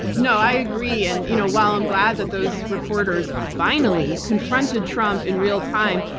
no, i agree, and you know while i'm glad that those reporters finally confronted trump in real time,